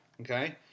Okay